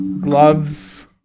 Gloves